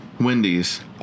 Wendy's